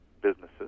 businesses